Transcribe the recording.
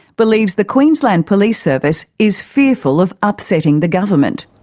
believes the queensland police service is fearful of upsetting the government.